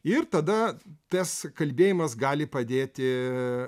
ir tada tas kalbėjimas gali padėti